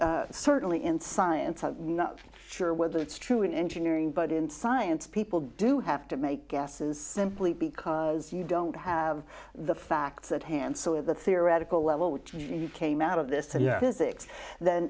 certainly in science i'm not sure whether it's true in engineering but in science people do have to make guesses simply because you don't have the facts at hand so the theoretical level what came out of this